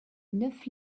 neuf